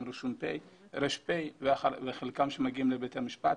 רישום פלילי וחלקם שמגיעים לבית המשפט,